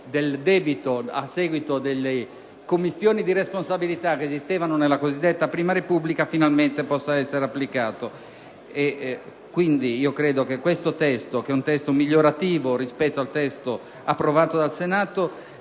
del debito a seguito delle commistioni di responsabilità che esistevano nella cosiddetta prima Repubblica - possa finalmente trovare applicazione. Quindi, credo che questo testo, che è migliorativo rispetto a quello approvato dal Senato,